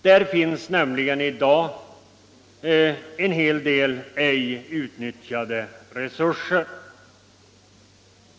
Där finns nämligen i dag en hel del ej utnyttjade resurser.